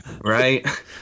right